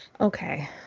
Okay